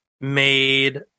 made